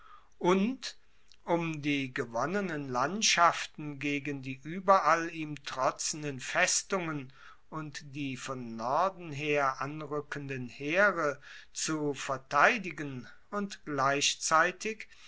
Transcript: und um die gewonnenen landschaften gegen die ueberall ihm trotzenden festungen und die von norden her anrueckenden heere zu verteidigen und gleichzeitig